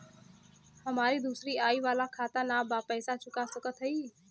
हमारी दूसरी आई वाला खाता ना बा पैसा चुका सकत हई?